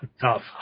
tough